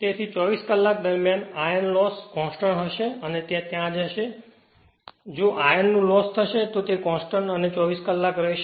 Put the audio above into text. તેથી E2 4 કલાક દરમિયાન આયર્ન લોસ કોંસ્ટંટ હશે અને ત્યાં જ હશે તેથી ત્યાં જે પણ આયર્નનું લોસ થશે તે તે કોંસ્ટંટ અને 24 કલાક રહેશે